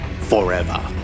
forever